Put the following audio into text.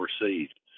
received